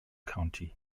county